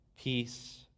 peace